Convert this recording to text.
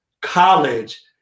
college